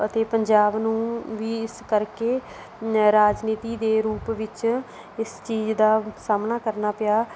ਅਤੇ ਪੰਜਾਬ ਨੂੰ ਵੀ ਇਸ ਕਰਕੇ ਰਾਜਨੀਤੀ ਦੇ ਰੂਪ ਵਿੱਚ ਇਸ ਚੀਜ਼ ਦਾ ਸਾਹਮਣਾ ਕਰਨਾ ਪਿਆ